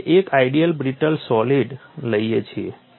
આપણે એક ideal brittle solid લઈએ છીએ